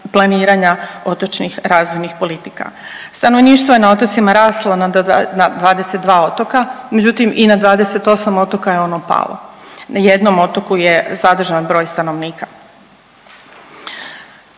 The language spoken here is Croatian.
planiranja otočnih razvojnih politika. Stanovništvo je na otocima raslo na 22 otoka, međutim i na 28 otoka je ono palo. Na jednom otoku je zadržan broj stanovnika.